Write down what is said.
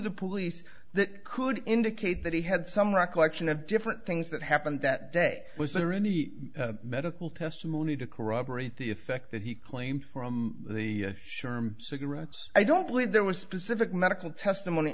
the police that could indicate that he had some recollection of different things that happened that day was there any medical testimony to corroborate the effect that he claimed from the sherm cigarettes i don't believe there was specific medical testimony